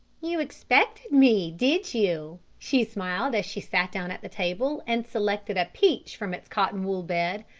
you expected me, did you? she smiled, as she sat down at the table and selected a peach from its cotton-wool bed.